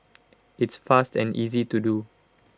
it's fast and easy to do